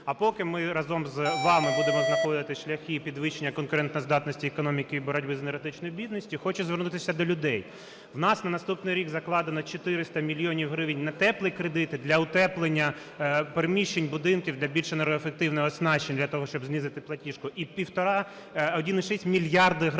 А поки ми разом з вами будемо знаходити шляхи підвищення конкурентоздатності економіки і боротьби з енергетичною бідністю, хочу звернутися до людей. У нас на наступний рік закладено 400 мільйонів гривень на "теплі" кредити для утоплення приміщень, будинків для більш енергоефективного оснащення для того, щоб знизити платіжку, і півтора… 1,6 мільярди гривень